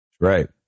Right